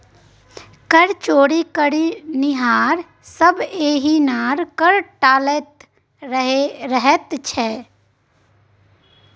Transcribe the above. कर चोरी करनिहार सभ एहिना कर टालैत रहैत छै